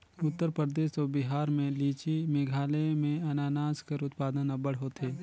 उत्तर परदेस अउ बिहार में लीची, मेघालय में अनानास कर उत्पादन अब्बड़ होथे